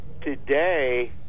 today